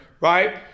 right